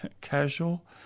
casual